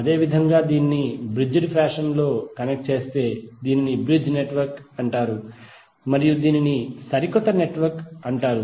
అదేవిధంగా దీనిని bridge fashion లో కనెక్ట్ చేస్తే దీనిని బ్రిడ్జ్ నెట్వర్క్ అంటారు మరియు దీనిని సరికొత్త నెట్వర్క్ అంటారు